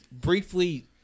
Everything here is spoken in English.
briefly